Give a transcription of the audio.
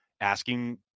asking